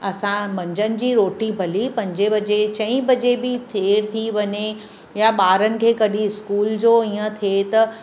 असां मंझंदि जी रोटी भली पंजे बजे चई बजे बि देरि थी वञे या ॿारनि खे कॾहिं स्कूल जो ईअं थिए त